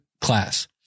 class